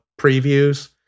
previews